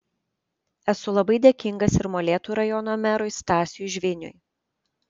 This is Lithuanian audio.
esu labai dėkingas ir molėtų rajono merui stasiui žviniui